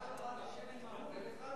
זו שאילתא לחנוכה.